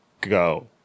go